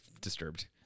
disturbed